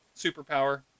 superpower